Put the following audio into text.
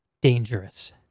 dangerous